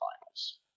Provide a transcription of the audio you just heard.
finals